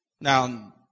Now